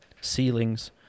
ceilings